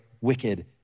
wicked